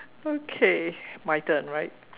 okay my turn right